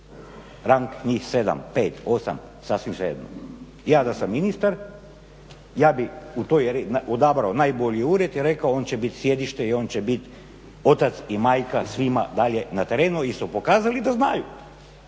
Rang njih 7, 5, 8, sasvim svejedno. Ja da sam ministar ja bih odabrao najbolji ured i rekao on će bit sjedište i on će bit otac i majka svima dalje na terenu jer su pokazali da znaju.